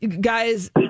guys